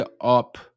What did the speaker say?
up